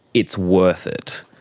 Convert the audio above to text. it's worth it.